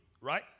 right